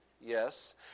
Yes